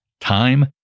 Time